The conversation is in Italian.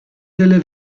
delle